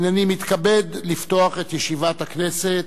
הנני מתכבד לפתוח את ישיבת הכנסת.